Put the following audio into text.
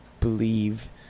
believe